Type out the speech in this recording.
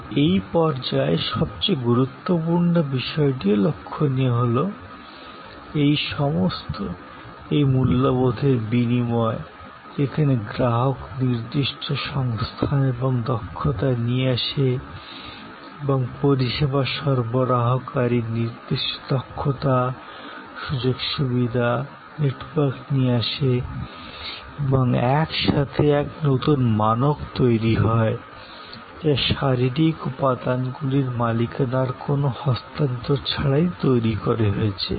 তবে এই পর্যায়ে সবচেয়ে গুরুত্বপূর্ণ বিষয়টিও লক্ষণীয় হল এই সমস্ত এই মূল্যবোধের বিনিময় যেখানে গ্রাহক নির্দিষ্ট সংস্থান এবং দক্ষতা নিয়ে আসে এবং পরিষেবা সরবরাহকারী নির্দিষ্ট দক্ষতা সুযোগ সুবিধা নেটওয়ার্ক নিয়ে আসে এবং এক সাথে এক নতুন মানক তৈরী হয় যা শারীরিক উপাদানগুলির মালিকানার কোনও হস্তান্তর ছাড়াই তৈরি করা হয়েছে